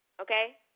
okay